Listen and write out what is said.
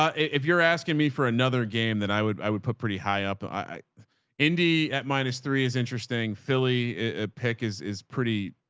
if you're asking me for another game that i would, i would put pretty high up. i indie at minus three is interesting. philly pick is, is pretty.